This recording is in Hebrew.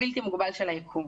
הבלתי מוגבל של היקום".